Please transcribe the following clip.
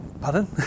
pardon